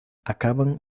acaban